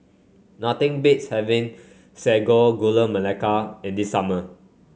nothing beats having Sago Gula Melaka in the summer